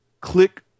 click